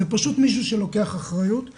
זה פשוט מישהו שלקח אחריות.